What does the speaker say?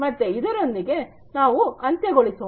ಮತ್ತೆ ಇದರೊಂದಿಗೆ ನಾವು ಅಂತ್ಯ ಗೊಳಿಸೋಣ